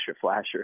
flasher